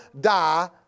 die